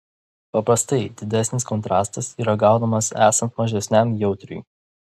paprastai didesnis kontrastas yra gaunamas esant mažesniam jautriui